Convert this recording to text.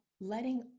letting